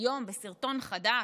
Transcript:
היום בסרטון חדש,